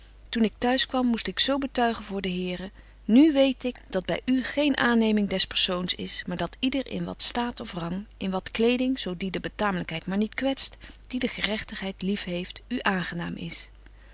toen ik t'huis kwam moest ik zo betuigen voor den here nu weet ik dat by u geen aanneming des persoons is maar dat yder in wat staat of rang in wat kleding zo die der betaamlykheid maar niet kwetst die de gerechtigheid lief heeft u aangenaam is